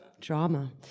Drama